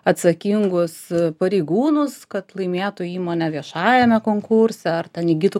atsakingus pareigūnus kad laimėtų įmonę viešajame konkurse ar ten įgytų